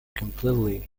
completely